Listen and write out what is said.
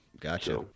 gotcha